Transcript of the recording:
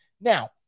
Now